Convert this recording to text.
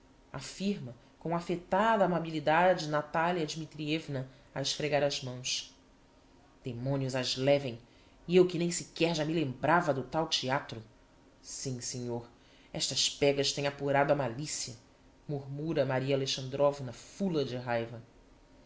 affirma com affectada amabilidade natalia dmitrievna a esfregar as mãos demonios as levem e eu que nem sequer já me lembrava do tal theatro sim senhor estas pêgas tem apurado a malicia murmura maria alexandrovna fula de raiva